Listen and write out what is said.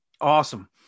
awesome